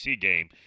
game